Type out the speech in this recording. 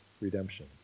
redemption